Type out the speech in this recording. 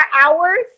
hours